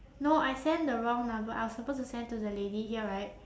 no I send the wrong number I was supposed to send to the lady here right